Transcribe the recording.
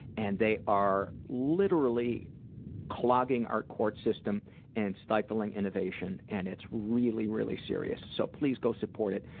and they are literally clogging our court system and stifling innovation, and it's really, really serious. so please go support it.